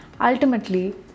Ultimately